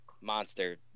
monster